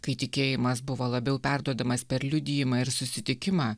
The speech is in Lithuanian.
kai tikėjimas buvo labiau perduodamas per liudijimą ir susitikimą